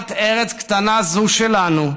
בחלקת ארץ קטנה זו שלנו,